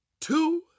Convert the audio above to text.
two